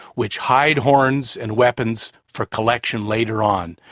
which hide horns and weapons for collection later on.